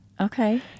Okay